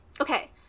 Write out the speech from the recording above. Okay